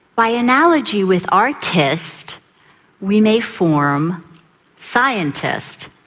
by analogy with artist we may form scientist.